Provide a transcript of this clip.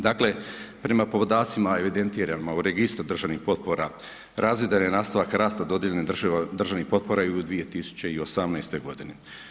Dakle prema podacima evidentirano u Registru državnih potpora razvidan je nastavak rasta dodijeljenih državnih potpora i u 2018. godini.